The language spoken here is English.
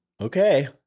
Okay